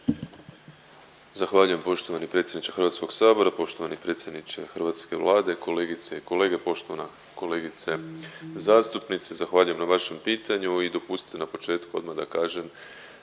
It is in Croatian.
Zahvaljujem poštovani predsjedniče Hrvatskog sabora. Poštovani predsjedniče hrvatske Vlade, kolegice i kolege, poštovana kolegice zastupnice, zahvaljuje na vašem pitanju i dopustite na početku odmah da kažem